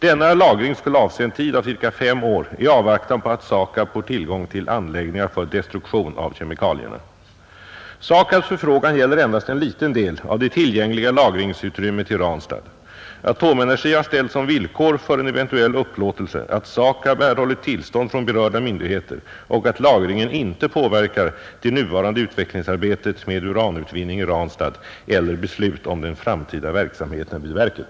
Denna lagring skulle avse en tid av ca fem år i avvaktan på att SAKAB får tillgång till anläggningar för destruktion av kemikalierna. SAKAB:s förfrågan gäller endast en liten del av det tillgängliga lagringsutrymmet i Ranstad. Atomenergi har ställt som villkor för en eventuell upplåtelse att SAKAB erhåller tillstånd från berörda myndigheter och att lagringen inte påverkar det nuvarande utvecklingsarbetet med uranutvinning i Ranstad eller beslut om den framtida verksamheten vid verket.